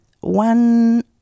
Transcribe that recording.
One